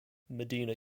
medina